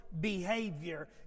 behavior